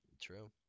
true